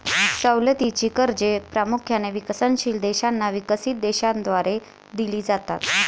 सवलतीची कर्जे प्रामुख्याने विकसनशील देशांना विकसित देशांद्वारे दिली जातात